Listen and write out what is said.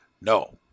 No